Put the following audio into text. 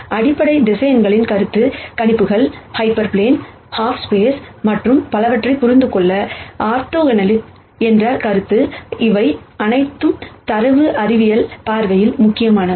அடிப்படை வெக்டர்ஸ் கருத்து கணிப்புகள் ஹைப்பர் பிளேன் ஆப் ஸ்பேஸ் மற்றும் பலவற்றைப் புரிந்துகொள்ள ஆர்த்தோகனாலிட்டி என்ற கருத்து இவை அனைத்தும் டேட்டா சயின்ஸ் பார்வையில் முக்கியமானவை